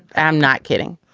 i'm not kidding.